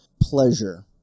pleasure